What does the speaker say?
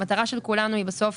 המטרה של כולנו היא בסוף